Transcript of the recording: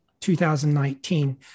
2019